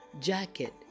jacket